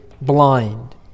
blind